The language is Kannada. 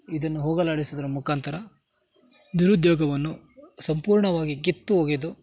ಇದನ್ನು ಹೋಗಲಾಡಿಸೋದರ ಮುಖಾಂತರ ನಿರುದ್ಯೋಗವನ್ನು ಸಂಪೂರ್ಣವಾಗಿ ಕಿತ್ತು ಒಗೆದು